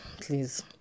Please